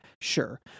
sure